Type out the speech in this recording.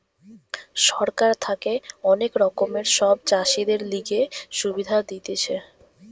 সরকার থাকে অনেক রকমের সব চাষীদের লিগে সুবিধা দিতেছে